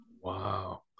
wow